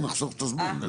נחסוך את הזמן.